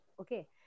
Okay